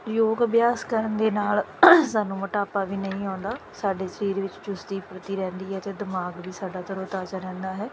ਯੋਗ ਅਭਿਆਸ ਕਰਨ ਦੇ ਨਾਲ ਸਾਨੂੰ ਮੋਟਾਪਾ ਵੀ ਨਹੀਂ ਆਉਂਦਾ ਸਾਡੇ ਸਰੀਰ ਵਿੱਚ ਚੁਸਤੀ ਫੁਰਤੀ ਰਹਿੰਦੀ ਹੈ ਅਤੇ ਦਿਮਾਗ ਵੀ ਸਾਡਾ ਤਰੋ ਤਾਜ਼ਾ ਰਹਿੰਦਾ ਹੈ